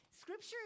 scripture